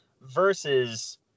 versus